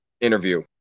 interview